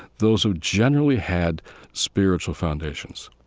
those who generally had spiritual foundations